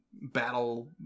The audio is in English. battle